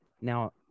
Now